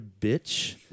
bitch